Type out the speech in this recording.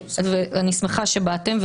ואני שמחה שבאתם,